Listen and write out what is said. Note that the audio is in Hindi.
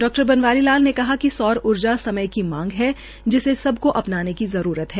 डा बनवारी लाल ने कहा कि सौर ऊर्जा समय की मांग है जिसे सबकों अपनाने की जरूरत है